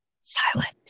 silent